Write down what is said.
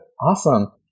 Awesome